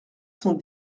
cent